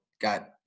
got